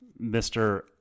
Mr